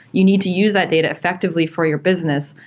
you need to use that data effectively for your business.